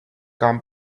can